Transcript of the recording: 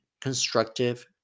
constructive